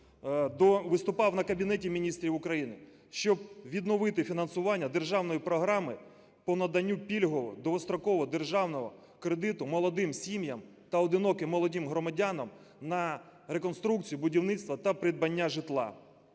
виступав на Кабінеті Міністрів України, щоб відновити фінансування державної програми по наданню пільгового довгострокового державного кредиту молодим сім'ям та одиноким молодим громадянам на реконструкцію, будівництво та придбання житла.